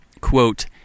quote